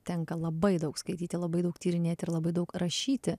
tenka labai daug skaityti labai daug tyrinėti ir labai daug rašyti